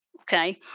okay